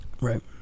right